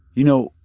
you know,